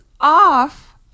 off